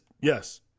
yes